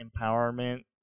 empowerment